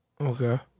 Okay